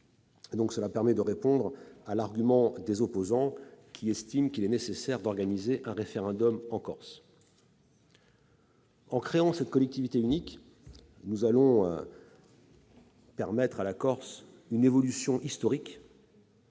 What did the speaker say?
Cela permet de répondre à l'argument des opposants, qui estiment qu'il est nécessaire d'organiser un référendum en Corse. En créant la collectivité unique, nous allons permettre à la Corse une évolution historique.